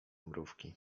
mrówki